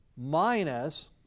minus